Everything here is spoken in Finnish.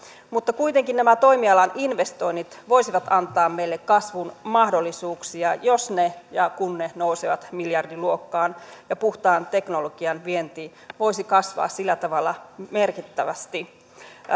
mutta kuitenkin nämä toimialan investoinnit voisivat antaa meille kasvun mahdollisuuksia jos ja kun ne nousevat miljardiluokkaan ja puhtaan teknologian vienti voisi kasvaa sillä tavalla merkittävästi